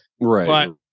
Right